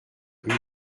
rue